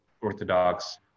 Orthodox